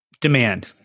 Demand